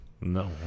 No